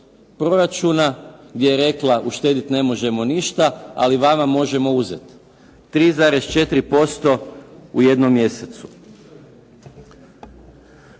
proračuna je rekla uštedit ne možemo ništa, ali vama možemo uzeti. 3,4% u jednom mjesecu.